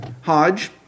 Hodge